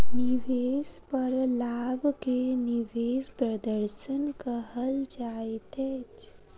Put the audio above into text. निवेश पर लाभ के निवेश प्रदर्शन कहल जाइत अछि